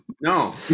No